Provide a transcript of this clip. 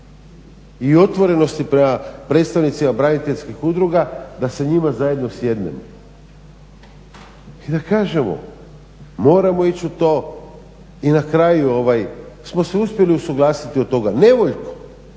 i otvorenosti prema predstavnicima braniteljskih udruga da sa njima zajedno sjednemo i da kažemo moramo ići u to. I na kraju smo se uspjeli usuglasiti o tome, nevoljko,